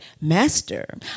Master